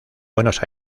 buenos